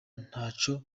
ntaco